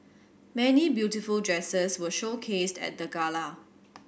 many beautiful dresses were showcased at the gala